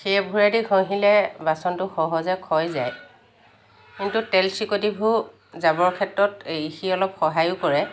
সেইবোৰেদি ঘঁহিলে বাচনটো সহজে ক্ষয় যায় কিন্তু তেলচিকটিবোৰ যাবৰ ক্ষেত্ৰত সি অলপ সহায়ো কৰে